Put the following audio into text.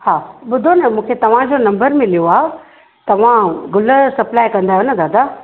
हा ॿुधो न मूंखे तव्हांजो नंबर मिलियो आहे तव्हां गुल सप्लाइ कंदा आहियो न दादा